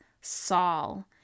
Saul